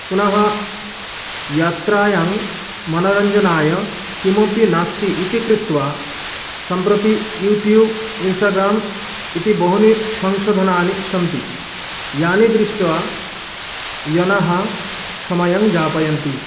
पुनः यात्रायां मनोरञ्जनाय किमपि नास्ति इति कृत्वा सम्प्रति युट्युव् इन्स्टाग्राम् इति बहूनि संशोधनानि सन्ति यानि दृष्ट्वा जनाः समयं यापयन्ति